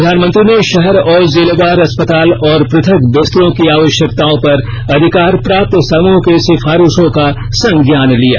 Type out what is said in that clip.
प्रधानमंत्री ने शहर और जिलेवार अस्पताल और पृथक बिस्तरों की आवश्यकताओं पर अधिकार प्राप्त समृह की सिफारिशों का संज्ञान लिया